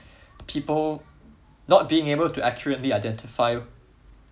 people not being able to accurately identify